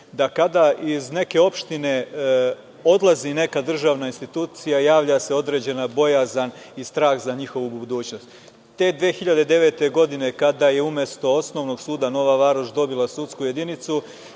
da kada iz neke opštine odlazi neka državna institucija javlja se određena bojazan i strah za njihovu budućnost. Te 2009. godine kada je umesto osnovnog suda Nova Varoš dobila sudsku jedinicu,